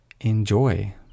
enjoy